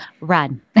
Run